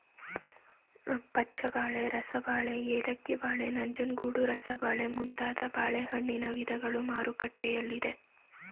ಪಚ್ಚಬಾಳೆ, ರಸಬಾಳೆ, ಏಲಕ್ಕಿ ಬಾಳೆ, ನಂಜನಗೂಡು ರಸಬಾಳೆ ಮುಂತಾದ ಬಾಳೆಹಣ್ಣಿನ ವಿಧಗಳು ಮಾರುಕಟ್ಟೆಯಲ್ಲಿದೆ